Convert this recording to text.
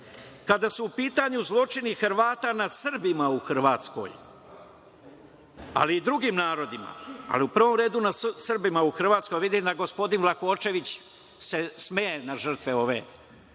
Kada su u pitanju zločini Hrvata nad Srbima u Hrvatskoj, ali i drugim narodima, ali u prvom redu nad Srbima u Hrvatskoj, vidim da se gospodin Rakočević smeje na žrtve koje